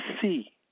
see